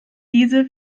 diese